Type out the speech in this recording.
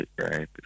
right